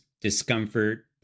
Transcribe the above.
discomfort